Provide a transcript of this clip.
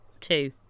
two